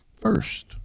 first